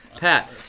Pat